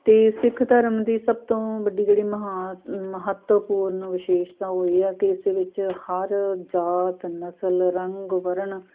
ਅਤੇ ਸਿੱਖ ਧਰਮ ਦੀ ਸਭ ਤੋਂ ਵੱਡੀ ਜਿਹੜੀ ਮਹਾਨ ਮਹੱਤਵਪੂਰਨ ਵਿਸ਼ੇਸ਼ਤਾ ਉਹ ਇਹ ਆ ਕਿ ਇਸ ਦੇ ਵਿੱਚ ਹਰ ਜਾਤ ਨਸਲ ਰੰਗ ਵਰਣ